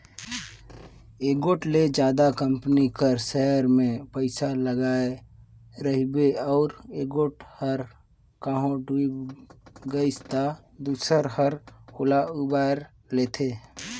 एगोट ले जादा कंपनी कर सेयर में पइसा लगाय रिबे अउ एगोट हर कहों बुइड़ गइस ता दूसर हर ओला उबाएर लेथे